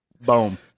Boom